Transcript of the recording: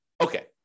okay